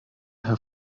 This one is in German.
herr